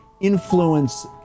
influence